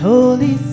Holy